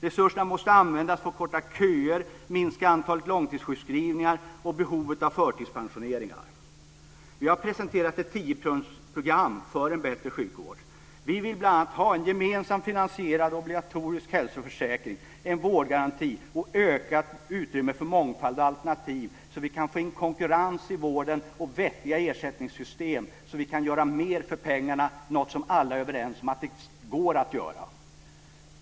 Resurserna måste användas för att korta köer, minska antalet långtidssjukskrivningar och behovet av förtidspensioneringar. Vi har presenterat ett tiopunktsprogram för en bättre sjukvård. Vi vill bl.a. ha en gemensamt finansierad obligatorisk hälsoförsäkring, en vårdgaranti och ett ökat utrymme för mångfald och alternativ. Då går det att få in konkurrens i vården och vettiga ersättningssystem. Då går det att göra mera för pengarna, och det är något som alla är överens om går att göra.